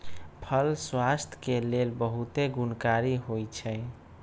फल स्वास्थ्य के लेल बहुते गुणकारी होइ छइ